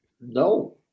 No